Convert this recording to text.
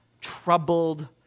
troubled